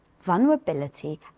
vulnerability